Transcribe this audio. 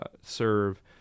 serve